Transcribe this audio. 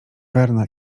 verne’a